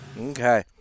Okay